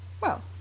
Well